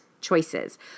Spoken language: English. choices